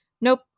nope